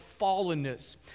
fallenness